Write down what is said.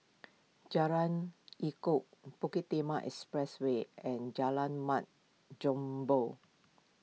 Jalan Elok Bukit Timah Expressway and Jalan Mat Jambol